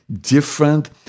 different